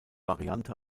variante